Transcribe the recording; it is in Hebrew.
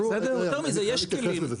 יותר מזה, יש כלים,